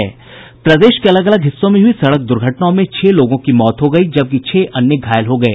प्रदेश के अलग अलग हिस्सों में हुई सड़क द्वघर्टनाओं में छह लोगों की मौत हो गयी जबकि छह अन्य घायल हो गये